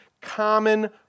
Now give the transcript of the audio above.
common